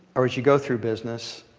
or as you go through business,